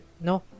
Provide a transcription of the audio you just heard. no